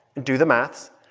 do the math.